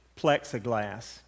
plexiglass